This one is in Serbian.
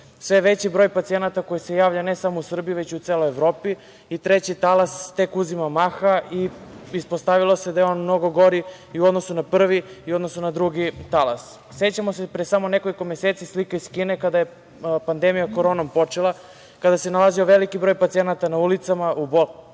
je veći broj pacijenata koji se javlja, ne samo u Srbiji, već i u celoj Evropi. Treći talas tek uzima maha. Ispostavilo se da je on mnogo gori i u odnosu na prvi i u odnosu na drugi talas.Sećamo se pre samo nekoliko meseci slike iz Kine kada je pandemija koronom počela, kada se nalazio veliki broj pacijenata na ulicama, u bolnicama